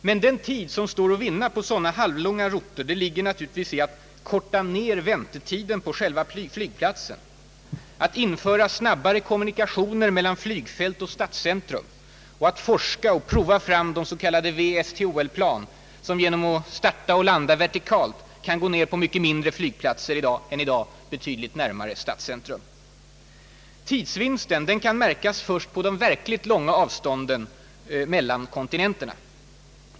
Men den tid som står att vinna på sådana halvlånga router ligger främst i att korta ner väntetiden på själva flygplatsen, att införa snabbare kommunikationer mellan flygfält och stadscentrum och att forska och prova fram de s.k. V/STOL-plan som genom att bl.a. starta och landa vertikalt kan gå ner på mycket mindre flygplatser än i dag betydligt närmare stadscentrum. Tidsvinsten kan märkas först på de verkligt långa avstånden mellan kontinenterna.